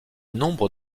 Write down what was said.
nombre